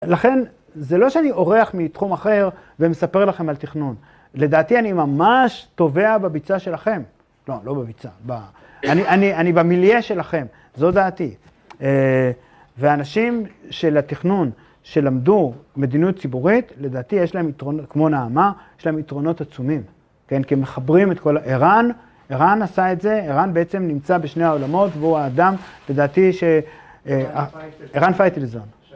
לכן זה לא שאני אורח מתחום אחר ומספר לכם על תכנון. לדעתי אני ממש טובע בביצה שלכם. לא, לא בביצה, אני במיליה שלכם, זו דעתי. ואנשים של התכנון שלמדו מדיניות ציבורית, לדעתי יש להם יתרונות, כמו נעמה, יש להם יתרונות עצומים. כן, כי הם מחברים את כל, ערן, ערן עשה את זה, ערן בעצם נמצא בשני העולמות והוא האדם לדעתי ש... ערן פייטלסון.